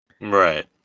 Right